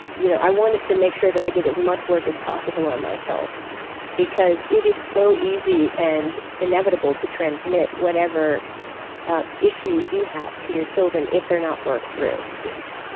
you know i wanted to make sure i did as much work as possible on myself because it is so easy and inevitable to transmit whatever ah issues you have to your children if they're not worked through. yes.